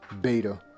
beta